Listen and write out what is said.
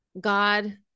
God